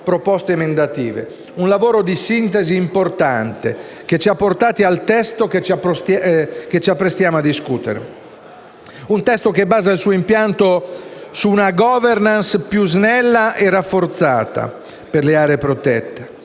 proposte emendative: un lavoro di sintesi importante che ci ha portati al testo che ci apprestiamo a discutere, un testo che basa il suo impianto su una governance più snella e rafforzata per le aree protette.